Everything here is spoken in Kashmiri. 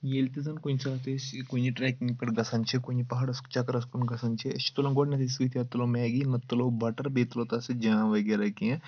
ییٚلہِ تہِ زَن کُنہِ ساتہٕ أسۍ کُنہِ ٹرٛیکِنٛگ پؠٹھ گژھان چھِ کُنہِ پہاڑَس چَکرَس کُن گژھان چھِ أسۍ چھِ تُلان گۄڈٕنیٚتھٕے سۭتۍ یا تُلو میگی نہ تہٕ تُلو بَٹَر بیٚیہِ تُلو تَتھ سۭتۍ جام وغیرہ کینٛہہ